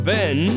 Ben